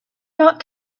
not